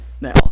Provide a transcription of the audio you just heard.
now